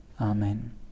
Amen